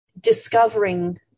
discovering